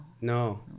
No